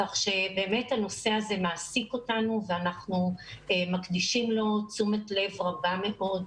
כך שבאמת הנושא הזה מעסיק אותנו ואנחנו מקדישים לו תשומת לב רבה מאוד,